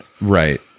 Right